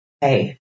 hey